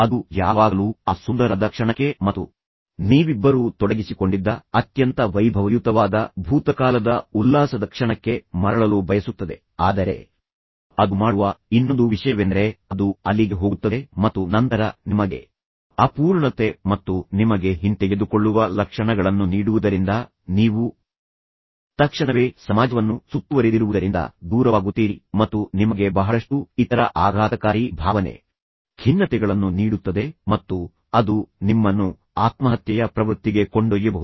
ಅದು ಯಾವಾಗಲೂ ಆ ಸುಂದರವಾದ ಕ್ಷಣಕ್ಕೆ ಮತ್ತು ನೀವಿಬ್ಬರೂ ತೊಡಗಿಸಿಕೊಂಡಿದ್ದ ಅತ್ಯಂತ ವೈಭವಯುತವಾದ ಭೂತಕಾಲದ ಉಲ್ಲಾಸದ ಕ್ಷಣಕ್ಕೆ ಮರಳಲು ಬಯಸುತ್ತದೆ ಆದರೆ ಅದು ಮಾಡುವ ಇನ್ನೊಂದು ವಿಷಯವೆಂದರೆ ಅದು ಅಲ್ಲಿಗೆ ಹೋಗುತ್ತದೆ ಮತ್ತು ನಂತರ ನಿಮಗೆ ಅಪೂರ್ಣತೆ ಮತ್ತು ನಿಮಗೆ ಹಿಂತೆಗೆದುಕೊಳ್ಳುವ ಲಕ್ಷಣಗಳನ್ನು ನೀಡುವುದರಿಂದ ನೀವು ತಕ್ಷಣವೇ ಸಮಾಜವನ್ನು ಸುತ್ತುವರೆದಿರುವುದರಿಂದ ದೂರವಾಗುತ್ತೀರಿ ಮತ್ತು ನಿಮಗೆ ಬಹಳಷ್ಟು ಇತರ ಆಘಾತಕಾರಿ ಭಾವನೆ ಖಿನ್ನತೆಗಳನ್ನು ನೀಡುತ್ತದೆ ಮತ್ತು ಅದು ನಿಮ್ಮನ್ನು ಆತ್ಮಹತ್ಯೆಯ ಪ್ರವೃತ್ತಿಗೆ ಕೊಂಡೊಯ್ಯಬಹುದು